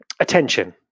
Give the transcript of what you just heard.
attention